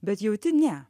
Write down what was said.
bet jauti ne